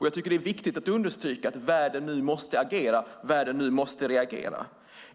Jag tycker att det är viktigt att understryka att världen nu måste agera och reagera.